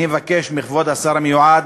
אני מבקש מכבוד השר המיועד